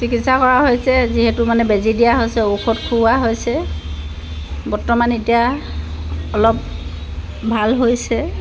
চিকিৎসা কৰা হৈছে যিহেতু মানে বেজি দিয়া হৈছে ঔষধ খুওৱা হৈছে বৰ্তমান এতিয়া অলপ ভাল হৈছে